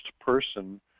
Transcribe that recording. person